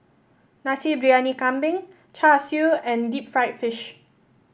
Nasi Briyani Kambing Char Siu and Deep Fried Fish